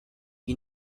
you